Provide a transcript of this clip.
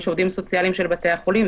יש עובדים סוציאליים של בתי החולים.